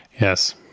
Yes